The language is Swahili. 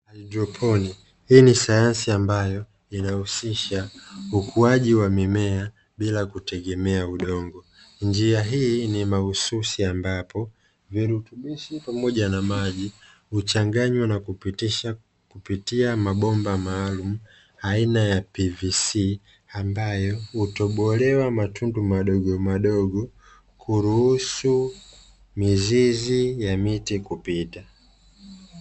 Haidroponi hii ni sayansi ambayo inahusisha ukuaji wa mimea bila kutegemea udongo. Njia hii ni mahususi ambapo virutubishi pamoja na maji huchanganywa na kupitisha kupitia mabomba maalumu aina ya 'pvc' ambayo hutobolewa matundu madogo madogo kuruhusu mizizi ya miti kupita.